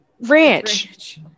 ranch